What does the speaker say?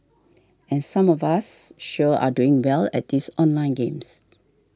and some of us sure are doing well at these online games